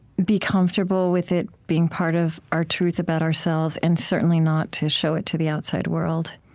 be comfortable with it being part of our truth about ourselves, and certainly not to show it to the outside world